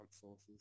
sources